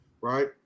right